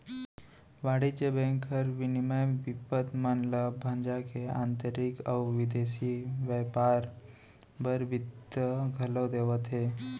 वाणिज्य बेंक हर विनिमय बिपत मन ल भंजा के आंतरिक अउ बिदेसी बैयपार बर बित्त घलौ देवाथे